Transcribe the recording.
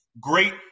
great